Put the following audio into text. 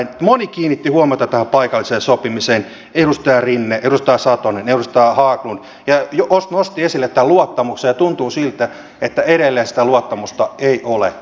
moni kiinnitti huomiota tähän paikalliseen sopimiseen edustaja rinne edustaja satonen edustaja haglund ja nosti esille tämän luottamuksen ja tuntuu siltä että edelleenkään sitä luottamusta ei ole